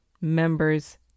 members